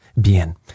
bien